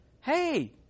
Hey